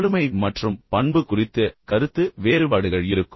ஆளுமை மற்றும் பண்பு குறித்து கருத்து வேறுபாடுகள் இருக்கும்